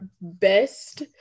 best